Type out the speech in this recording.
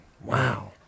Wow